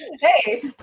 Hey